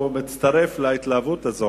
הוא מצטרף להתלהבות הזאת.